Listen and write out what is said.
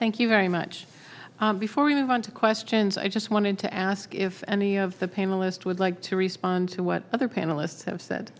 thank you very much before we move on to questions i just wanted to ask if any of the panelists would like to respond to what other panelists have said